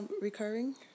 recurring